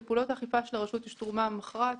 לפעולות האכיפה של הרשות יש תרומה מכרעת,